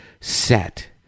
set